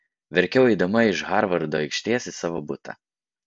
verkiau eidama iš harvardo aikštės į savo butą